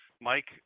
Mike